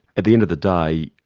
at the end of the day,